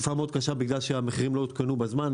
תקופה מאוד קשה בגלל שהמחירים לא עודכנו בזמן,